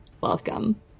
welcome